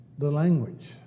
language